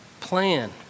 plan